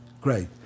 great